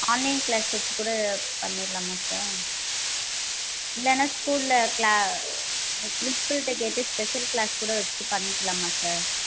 online class வச்சு கூட பண்ணிரலாமா சார் இல்லைனா ஸ்கூலில் கிளா பிரின்ஸ்பள்கிட்ட கேட்டு ஸ்பெஷல் க்ளாஸ் கூட வச்சு பண்ணிக்கலமா சார்